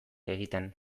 egiten